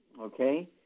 Okay